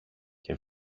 και